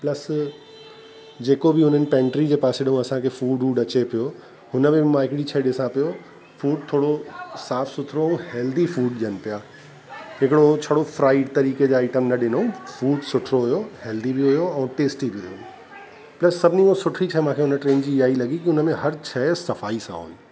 plus जेको बि हुननि पैंट्री जे पासे डो असांखे फूड वूड अचे पियो हिन में मां हिकड़ी शइ ॾिसा पियो फूड थोरो साफ़ सुथिरो हैल्दी फूड ॾियनि पिया हिकिड़ो छॾो फ्राइड तरीक़े जा आइटम न ॾिनो फूड सुठो हुओ हैल्दी बि हुओ ऐं टैस्टी बि हुओ प्लस सभिनी खो सुठी शइ मूंखे हिन टीन जी ईअं ई लॻी की हुन में हर शइ सफ़ाई सां हुई